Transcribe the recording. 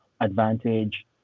advantage